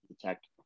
detect